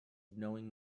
knowing